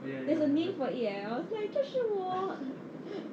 there's a named for it eh I was like 这是